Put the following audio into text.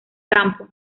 campo